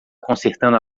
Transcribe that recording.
consertando